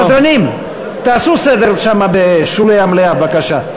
סדרנים, תעשו סדר שם, בשולי המליאה, בבקשה.